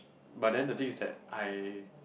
but then the thing is that I